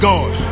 God